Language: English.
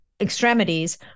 extremities